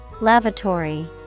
Lavatory